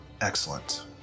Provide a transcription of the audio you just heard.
Excellent